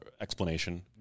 explanation